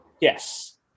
Yes